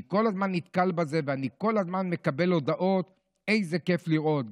אני כל הזמן נתקל בזה ואני כל הזמן מקבל הודעות: איזה כיף לראות.